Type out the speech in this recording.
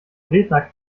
redner